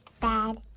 Bad